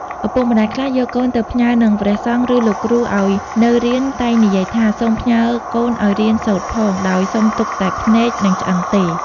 ឪពុកម្ដាយខ្លះយកកូនទៅផ្ញើនឹងព្រះសង្ឃ ឬលោកគ្រូឲ្យនៅរៀនតែងនិយាយថា សូមផ្ញើកូនឲ្យរៀនសូត្រផង ដោយសុំទុកតែភ្នែក និងឆ្អឹងទេ។